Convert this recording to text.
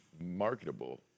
marketable